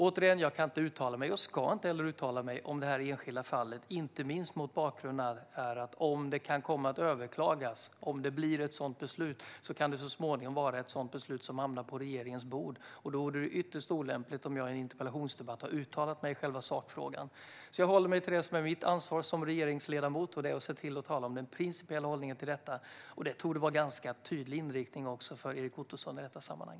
Återigen: Jag kan inte, och ska inte heller, uttala mig om detta enskilda fall, inte minst mot bakgrund av att beslutet kan komma att överklagas och så småningom hamna på regeringens bord. Då vore det ytterst olämpligt om jag i en interpellationsdebatt har uttalat mig i själva sakfrågan. Jag håller mig därför till det som är mitt ansvar som regeringsledamot, och det är att tala om den principiella hållningen till detta. Det torde vara en ganska tydlig inriktning också för Erik Ottoson i detta sammanhang.